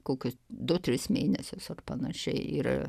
kokius du tris mėnesius ar panašiai ir